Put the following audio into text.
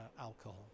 alcohol